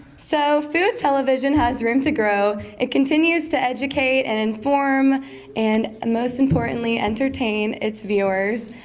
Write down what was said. so food television has room to grow. it continues to educate and inform and most importantly entertain its viewers.